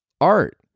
art